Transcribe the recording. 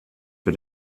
for